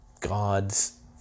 God's